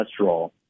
cholesterol